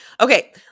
Okay